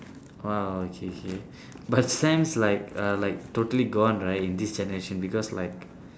!wow! okay okay but stamps like uh like totally gone right in this generation because like